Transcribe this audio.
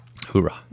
Hoorah